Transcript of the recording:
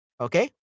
Okay